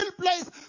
place